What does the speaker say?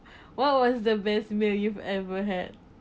what was the best meal you've ever had